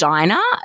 Diner